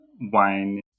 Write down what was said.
wine